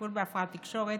טיפול בהפרעת תקשורת,